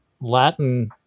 Latin